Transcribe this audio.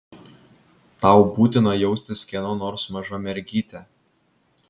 tau būtina jaustis kieno nors maža mergyte